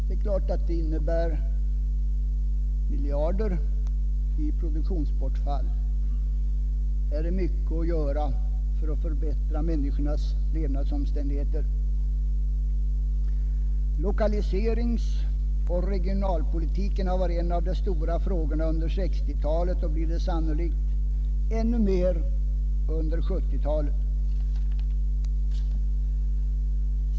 Detta innebär ett produktionsbortfall som uppgår till miljardbelopp och det finns mycket att göra för att förbättra människornas levnadsomständigheter. Lokaliseringsoch regionalpolitiken har varit en av de stora frågorna under 1960-talet och blir det sannolikt ännu mer under 1970-talet.